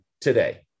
today